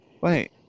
Wait